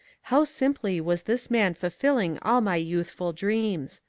how simply was this man fulfilling all my youthful dreams!